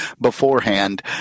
beforehand